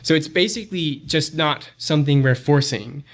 so it's basically just not something we're forcing.